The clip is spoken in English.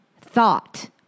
thought